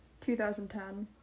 2010